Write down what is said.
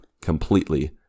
completely